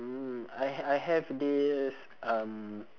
mm I ha~ I have this um